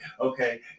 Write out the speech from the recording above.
okay